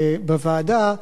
בוועדה.